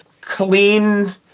clean